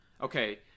Okay